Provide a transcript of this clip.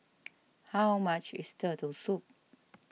how much is Turtle Soup